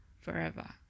forever